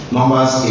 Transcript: Numbers